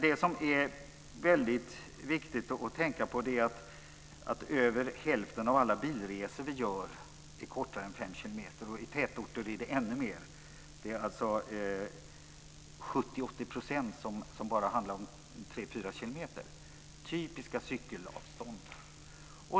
Det som är väldigt viktigt att tänka på är att över hälften av alla bilresor som vi gör är kortare än fem kilometer. I tätorter är det ännu fler. Det är alltså 70 80 % som handlar om bara tre fyra kilometer, typiska cykelavstånd.